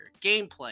gameplay